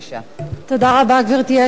תודה רבה, גברתי היושבת-ראש.